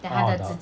orh the